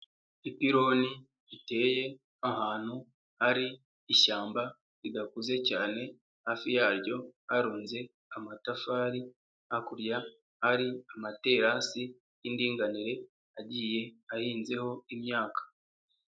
Ipironi riteye ahantu hari ishyamba ridakuze cyane, hafi yaryo harunze amatafari, hakurya ari amaterasi y'indinganire agiye ahinzeho imyaka.